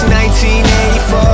1984